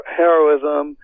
heroism